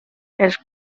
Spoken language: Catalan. els